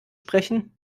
sprechen